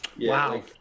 Wow